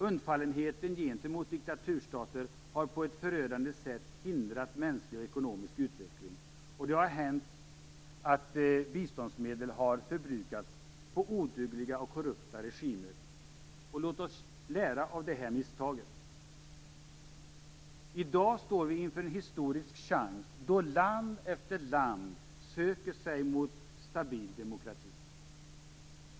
Undfallenheten gentemot diktaturstater har på ett förödande sätt hindrat mänsklig och ekonomisk utveckling och det har hänt att biståndsmedel har förbrukats på odugliga och korrupta regimer. Låt oss lära av misstagen. I dag står vi inför en historisk chans, då land efter land söker sig mot stabil demokrati.